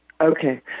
Okay